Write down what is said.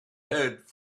heard